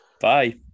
Bye